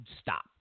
stop